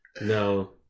no